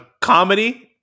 comedy